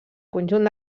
conjunt